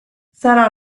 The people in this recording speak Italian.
sarà